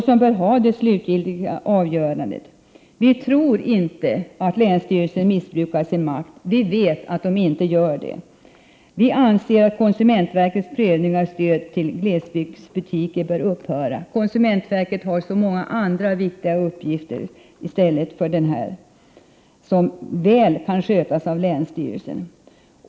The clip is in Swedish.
Den bör ha det slutgiltiga avgörandet. Vi tror inte att länsstyrelsen missbrukar sin makt. Vi vet att den inte gör det. Vi anser att konsumentverkets prövning av stöd till glesbygdsbutiker bör upphöra. Konsumentverket har så många andra viktiga uppgifter, i stället för att sköta denna uppgift som kan skötas av länsstyrelsen.